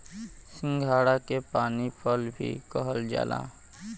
सिंघाड़ा के पानी फल भी कहल जाला